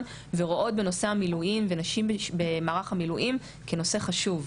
ורואות בנושא המילואים ונשים במערך המילואים כנושא חשוב.